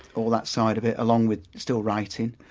all that side of it, along with still writing.